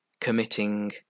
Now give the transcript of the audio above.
committing